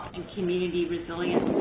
and community resilience.